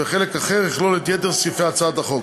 וחלק אחר יכלול את יתר סעיפי הצעת החוק.